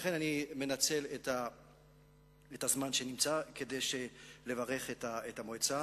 לכן אני מנצל את הזמן כדי לברך את המועצה